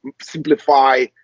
simplify